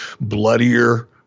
bloodier